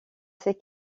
ces